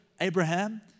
Abraham